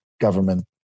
government